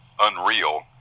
unreal